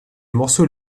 morceaux